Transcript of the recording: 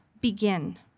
begin